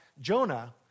Jonah